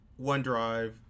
OneDrive